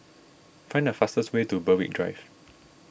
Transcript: find the fastest way to Berwick Drive